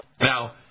Now